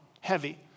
heavy